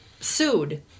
sued